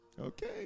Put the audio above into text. okay